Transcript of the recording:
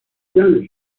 جمعش